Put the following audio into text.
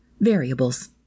variables